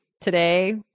today